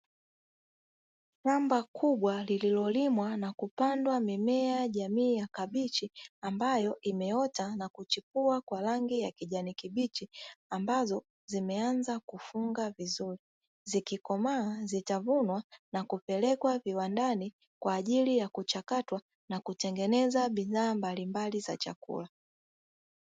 Shamba kubwa lililolimwa na kupandwa mimea jamii ya kabichi ambayo imeota na kuchipua kwa rangi ya kijani kibichi ambazo zimeanza kufunga vizuri zikikomaa zitavunwa na kupelekwa viwandani kwa ajili ya kuchakatwa na kutengeneza bidhaa mbalimbali za chakula